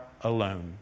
alone